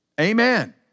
Amen